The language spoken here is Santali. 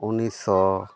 ᱩᱱᱤᱥᱥᱚ